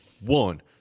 One